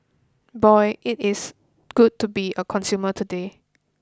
boy it is good to be a consumer today